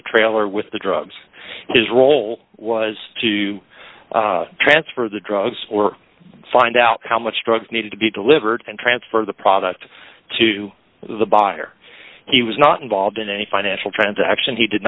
the trailer with the drugs his role was to transfer the drugs were find out how much drugs needed to be delivered and transfer the product to the buyer he was not involved in any financial transaction he did